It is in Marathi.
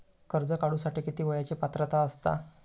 कर्ज काढूसाठी किती वयाची पात्रता असता?